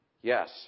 Yes